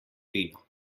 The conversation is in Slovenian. vino